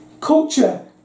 culture